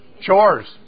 Chores